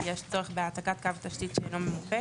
כי יש צורך בהעתקת קו תשתית שאינו ממופה,